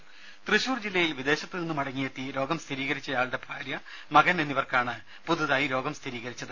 രുമ ത്യശൂർ ജില്ലയിൽ വിദേശത്ത് നിന്ന് മടങ്ങിയെത്തി രോഗം സ്ഥിരീകരിച്ചയാളുടെ ഭാര്യ മകൻ എന്നിവർക്കാണ് പുതുതായി രോഗം സ്ഥിരീകരിച്ചത്